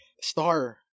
Star